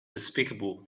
despicable